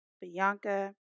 Bianca